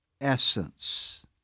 essence